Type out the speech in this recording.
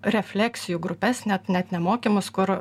refleksijų grupes net net ne mokymus kur